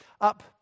up